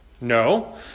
No